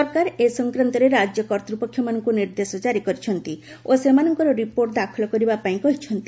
ସରକାର ଏ ସଂକ୍ରାନ୍ତରେ ରାଜ୍ୟ କର୍ତ୍ତୃପକ୍ଷମାନଙ୍କୁ ନିର୍ଦ୍ଦେଶ କ୍କାରି କରିଛନ୍ତି ଓ ସେମାନଙ୍କର ରିପୋର୍ଟ ଦାଖଲ କରିବା ପାଇଁ କହିଛନ୍ତି